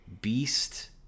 Beast